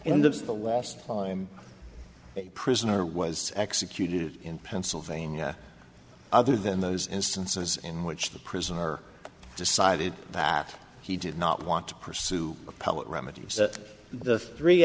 in the us the last time a prisoner was executed in pennsylvania other than those instances in which the prisoner decided that he did not want to pursue a poet remedies the three